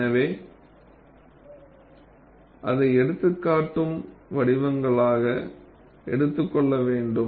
எனவே நீங்கள் அதை ஏடுத்து காட்டும் வடிவங்களாக எடுத்துக் கொள்ள வேண்டும்